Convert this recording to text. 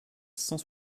cent